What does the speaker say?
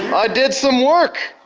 um i did some work!